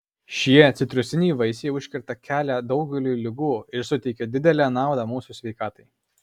šie citrusiniai vaisiai užkerta kelią daugeliui ligų ir suteikia didelę naudą mūsų sveikatai